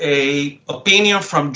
a opinion from